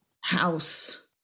house